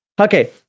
Okay